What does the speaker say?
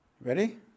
Ready